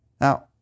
Now